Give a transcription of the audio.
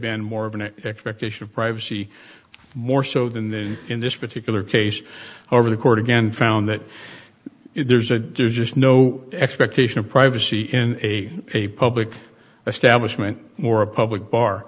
been more of an expectation of privacy more so than then in this particular case over the court again found that there's a there's just no expectation of privacy in a public eye stablish meant or a public bar